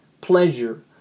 pleasure